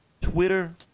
Twitter